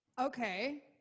Okay